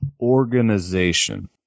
organization